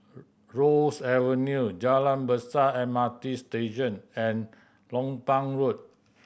Ross Avenue Jalan Besar M R T Station and Lompang Road